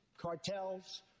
cartels